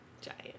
giant